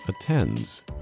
attends